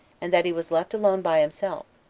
and that he was left alone by himself,